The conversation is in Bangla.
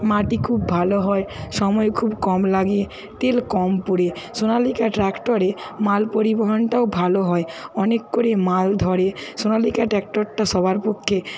মাটি খুব ভালো হয় সময় খুব কম লাগে তেল কম পোড়ে সোনালিকা ট্র্যাক্টরে মাল পরিবহণটাও ভালো হয় অনেক করে মাল ধরে সোনালিকা ট্র্যাক্টরটা সবার পক্ষে